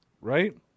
right